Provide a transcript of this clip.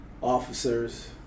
officers